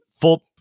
Full